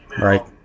Right